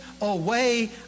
away